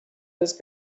this